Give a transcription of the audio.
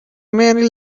many